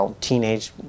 teenage